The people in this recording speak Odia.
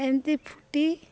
ଏମିତି ଫୁଟି